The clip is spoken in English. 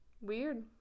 Weird